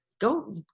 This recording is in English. go